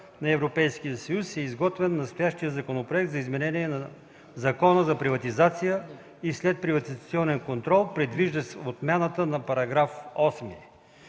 на Европейския Съюз, е изготвен настоящият законопроект за изменение на Закона за приватизация и следприватизационен контрол, предвиждащ отмяната на § 8.